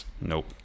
nope